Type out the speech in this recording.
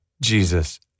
Jesus